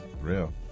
real